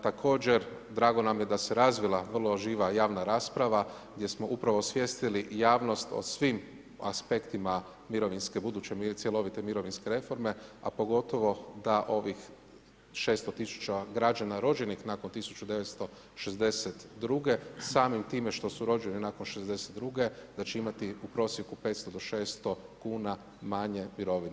Također, drago nam je da se razvila vrlo živa javna rasprava, gdje smo upravo osvijestili javnost o svim aspektima buduće cjelovite mirovinske reforme, a pogotovo da ovih 600000 građana rođenih nakon 1962. samim time što su rođeni nakon '62. da će imati u prosjeku 500-600 kn manje mirovine.